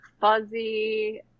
fuzzy